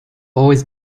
always